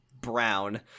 brown